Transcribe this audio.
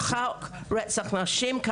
רצח נשים.